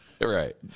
Right